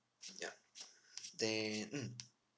yup then mm